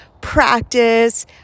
Practice